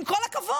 עם כל הכבוד,